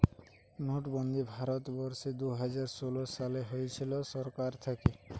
নোটবন্দি ভারত বর্ষে দুইহাজার ষোলো সালে হয়েছিল সরকার থাকে